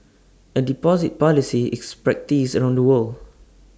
A deposit policy is practised around the world